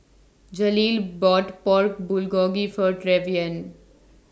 Jaleel bought Pork Bulgogi For Trevion